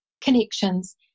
connections